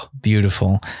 beautiful